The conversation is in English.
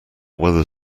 whether